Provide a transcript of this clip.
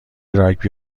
راگبی